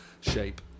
Shape